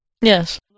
Yes